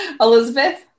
Elizabeth